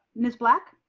miss black.